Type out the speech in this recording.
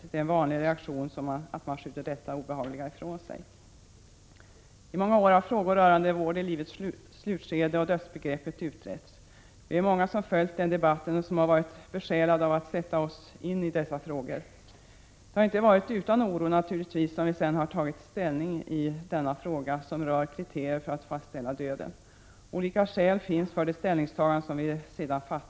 Det är en vanlig reaktion att man skjuter detta obehagliga ifrån sig. I många år har frågor rörande vård i livets slutskede och dödsbegreppet utretts. Vi är många som följt den debatten och som har varit besjälade av att sätta oss in i dessa frågor. Det har naturligtvis inte varit utan oro som vi sedan har tagit ställning i den fråga som rör kriterier för att fastställa döden. Olika skäl finns för de ställningstaganden som vi sedan gjort.